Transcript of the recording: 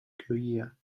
career